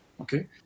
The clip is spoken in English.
okay